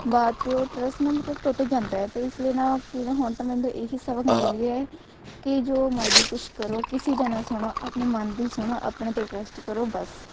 ਬਾਅਦ 'ਚ ਉਹ ਟਰੱਸਟ ਨਾ ਮਤਲਬ ਟੁੱਟ ਜਾਂਦਾ ਅਤੇ ਇਸ ਲਈ ਨਾ ਕਿ ਨਾ ਹੁਣ ਤਾਂ ਮੈਨੂੰ ਇਹੀ ਸਬਕ ਮਿਲ ਗਿਆ ਏ ਕਿ ਜੋ ਮਰਜ਼ੀ ਕੁਝ ਕਰੋ ਕਿਸੀ ਦਾ ਨਾ ਸੁਣੋ ਆਪਣੇ ਮਨ ਦੀ ਸੁਣੋ ਆਪਣੇ 'ਤੇ ਟਰੱਸਟ ਕਰੋ ਬਸ